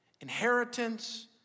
inheritance